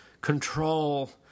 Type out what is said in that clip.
control